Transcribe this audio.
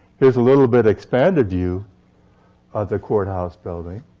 here's a little bit expanded view of the courthouse building